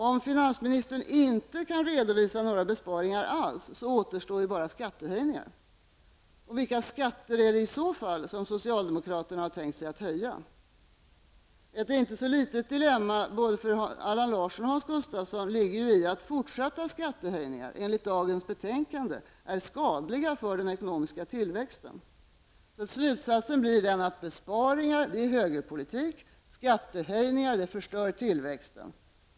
Om finansministern inte kan redovisa några besparingar alls återstår bara skattehöjningar. Vilka skatter är det i så fall som socialdemokraterna har tänkt sig att höja? Ett inte så litet dilemma både för Allan Larsson och för Hans Gustafsson ligger i att fortsatta skattehöjningar enligt dagens betänkande är skadliga för den ekonomiska tillväxten. Slutsatsen blir att besparingar är högerpolitik och skattehöjningar förstör tillväxten.